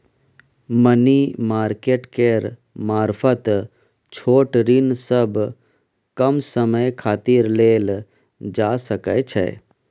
money market केर मारफत छोट ऋण सब कम समय खातिर लेल जा सकइ छै